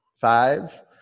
Five